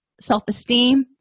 self-esteem